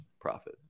profit